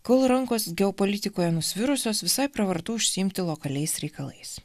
kol rankos geopolitikoje nusvirusios visai pravartu užsiimti lokaliais reikalais